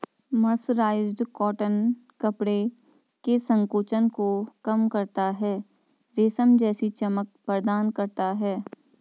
mercerised cotton कपड़े के संकोचन को कम करता है, रेशम जैसी चमक प्रदान करता है